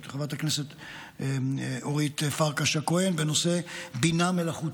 חברת הכנסת אורית פרקש הכהן בנושא בינה מלאכותית.